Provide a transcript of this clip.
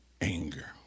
anger